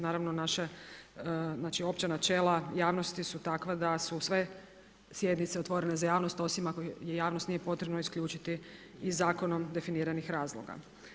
Naravno naše, znači opća načela javnosti su takva da su sve sjednice otvorene za javnost osim ako javnost nije potrebno isključiti iz zakonom definiranih razloga.